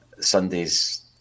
Sunday's